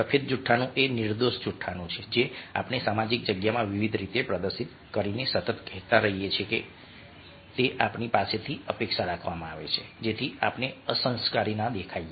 સફેદ જૂઠાણું એ નિર્દોષ જૂઠાણું છે જે આપણે સામાજિક જગ્યામાં વિવિધ રીતે પ્રદર્શિત કરીને સતત કહેતા રહીએ છીએ કારણ કે તે આપણી પાસેથી અપેક્ષા રાખવામાં આવે છે જેથી આપણે અસંસ્કારી ન દેખાઈએ